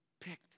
picked